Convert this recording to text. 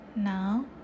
Now